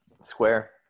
Square